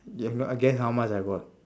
you know I guess how much I got